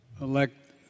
elect